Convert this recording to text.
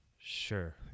Sure